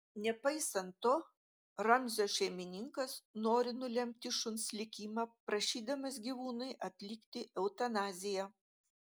nepaisant to ramzio šeimininkas nori nulemti šuns likimą prašydamas gyvūnui atlikti eutanaziją